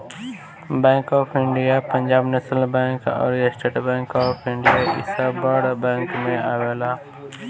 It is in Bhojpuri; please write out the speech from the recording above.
bank of India, Punjab national bank अउरी स्टेट बैंक ऑफ़ इंडिया इ सब बड़ बैंकन में आवेला